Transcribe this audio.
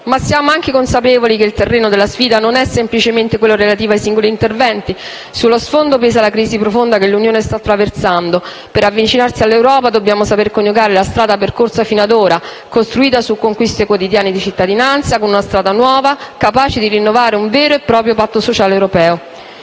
però anche consapevoli che il terreno della sfida non è semplicemente quello relativo ai singoli interventi. Sullo sfondo pesa la crisi profonda che l'Unione europea sta attraversando. Per avvicinarci all'Europa dobbiamo saper coniugare la strada percorsa finora, costruita su conquiste quotidiane di cittadinanza, con una strada nuova, capace di rinnovare un vero e proprio patto sociale europeo.